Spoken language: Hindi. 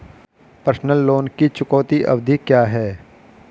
पर्सनल लोन की चुकौती अवधि क्या है?